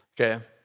Okay